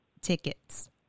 tickets